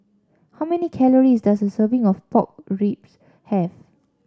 how many calories does a serving of Pork Ribs have